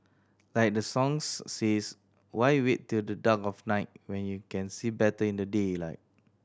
like the songs says why wait till the dark of night when you can see better in the daylight